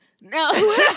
No